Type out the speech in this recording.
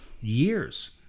years